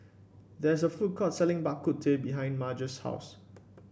there is a food court selling Bak Kut Teh behind Marge's house